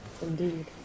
Indeed